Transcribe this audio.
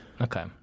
Okay